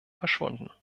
verschwunden